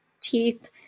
teeth